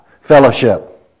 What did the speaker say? fellowship